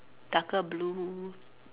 darker blue